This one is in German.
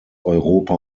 europa